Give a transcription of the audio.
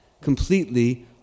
completely